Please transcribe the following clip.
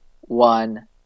one